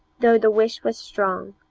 though the wish was strong